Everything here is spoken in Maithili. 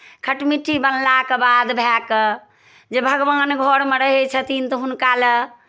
खटमिट्ठी बनलाके बाद भए कऽ जे भगवान घरमे रहै छथिन तऽ हुनका लए